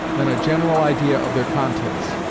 than a general idea of their contents,